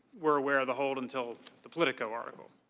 were aware of the hold until the pilitico article.